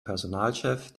personalchef